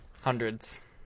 Hundreds